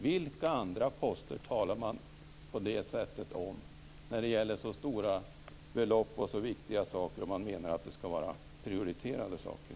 Vilka andra poster talar man på det sättet om när det gäller så stora belopp och så viktiga saker, som man menar ska vara prioriterade saker?